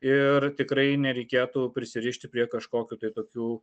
ir tikrai nereikėtų prisirišti prie kažkokių tai tokių